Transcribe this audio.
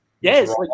Yes